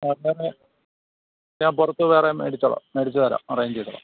ആ ആ ആ ഞാൻ പുറത്ത് വേറെ മേടിച്ചോളാം മേടിച്ച് തരാം അറേഞ്ച് ചെയ്തോളാം